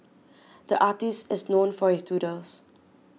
the artist is known for his doodles